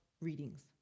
readings